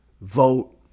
vote